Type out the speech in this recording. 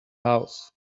house